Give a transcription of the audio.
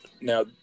Now